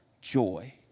joy